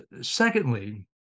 Secondly